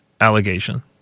allegation